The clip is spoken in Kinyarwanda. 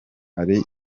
hari